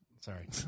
Sorry